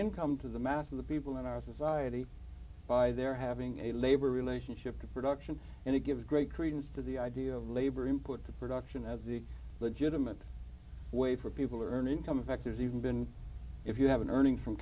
income to the mass of the people in our society by their having a labor relationship to production and to give great credence to the idea of labor input the production of the legitimate way for people to earn income factors even been if you have an earning from